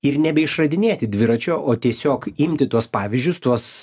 ir nebeišradinėti dviračio o tiesiog imti tuos pavyzdžius tuos